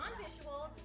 Non-visual